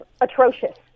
atrocious